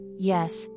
Yes